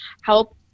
help